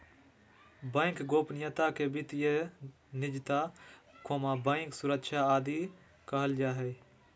bank गोपनीयता के वित्तीय निजता, बैंक सुरक्षा आदि कहल जा हइ